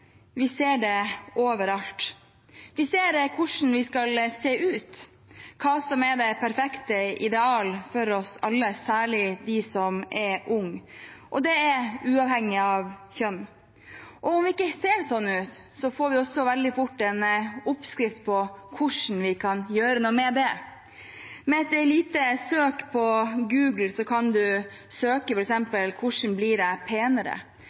vi ser det overalt. Vi ser hvordan vi skal se ut, hva som er det perfekte ideal for oss alle, særlig de som er unge, og det er uavhengig av kjønn. Og om vi ikke ser sånn ut, får vi veldig fort en oppskrift på hvordan vi kan gjøre noe med det. Ved hjelp av Google kan man f.eks. søke på hvordan man blir penere. Så kan